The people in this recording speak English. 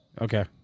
Okay